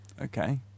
Okay